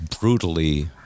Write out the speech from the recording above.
Brutally